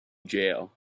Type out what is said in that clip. jail